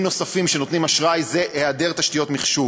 נוספים שנותנים אשראי זה היעדר תשתיות מחשוב.